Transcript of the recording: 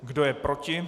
Kdo je proti?